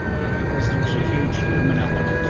because there's a huge human element